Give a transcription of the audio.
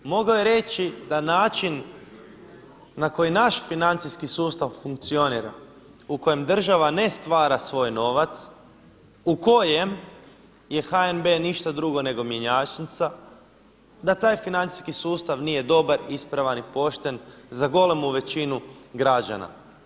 Mogao je reći da način na koji naš financijski sustav funkcionira u kojem država ne stvara svoj novac u kojem je HNB ništa drugo nego mjenjačnica da taj financijski sustav nije dobar, ispravan i pošten za golemu većinu građana.